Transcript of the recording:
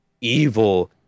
evil